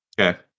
Okay